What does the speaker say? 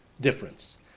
difference